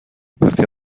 وقتی